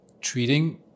treating